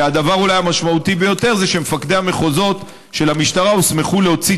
אולי הדבר המשמעותי ביותר זה שמפקדי המחוזות של המשטרה הוסמכו להוציא